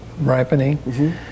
ripening